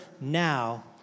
now